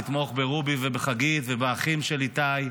לבוא ולתמוך ברובי ובחגית ובאחים של איתי.